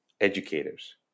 educators